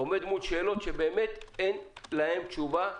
עומד מול שאלות, שבאמת אין להן תשובה.